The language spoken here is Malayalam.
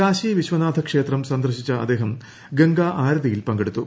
കാശി വിശ്വനാഥ ക്ഷേത്രം സന്ദർശിച്ച അദ്ദേഹം ഗംഗാ ആരതിയിൽ പങ്കെടുത്തു